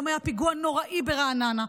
היום היה פיגוע נוראי ברעננה.